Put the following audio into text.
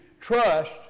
trust